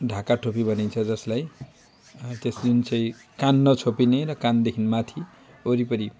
ढाका टोपी भनिन्छ जसलाई त्यस जुन चाहिँ कान नछोपिने र कानदेखि माथि वरिपरि